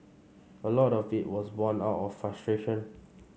a lot of it was born out of frustration